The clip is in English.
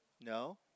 No